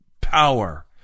power